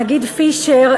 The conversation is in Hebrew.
הנגיד פישר,